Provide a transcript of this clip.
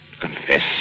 Confess